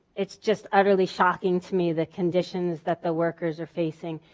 it's just utterly shocking to me the conditions that the workers are facing.